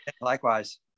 Likewise